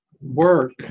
work